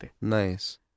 Nice